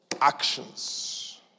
actions